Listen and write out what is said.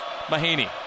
Mahaney